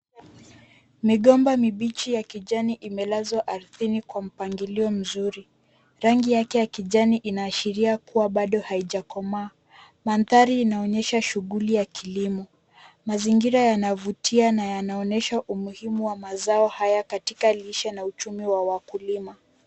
Migomba mibichi ya kijani imelazwa ardhini kwa mpangilio mzuri. Rangi yake ya kijani inaashiria kuwa haijakomaa. Mandhari inaonyesha shughuli ya kilimo. Mazingira yanavutia na yanaonyesha umuhimu wa mazao haya katika lishe na uchumi wa wakulima.